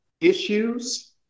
issues